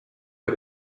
que